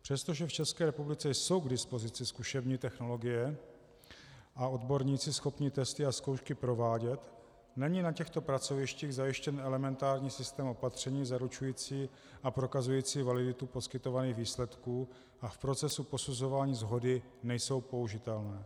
Přestože v České republice jsou k dispozici zkušební technologie a odborníci schopní testy a zkoušky provádět, není na těchto pracovištích zajištěn elementární systém opatření zaručující a prokazující validitu poskytovaných výsledků a v procesu posuzování shody nejsou použitelné.